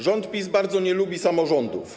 Rząd PiS bardzo nie lubi samorządów.